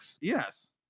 Yes